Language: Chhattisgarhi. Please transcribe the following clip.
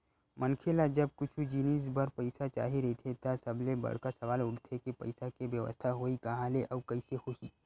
मनखे ल जब कुछु जिनिस बर पइसा चाही रहिथे त सबले बड़का सवाल उठथे के पइसा के बेवस्था होही काँहा ले अउ कइसे होही